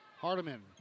Hardiman